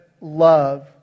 love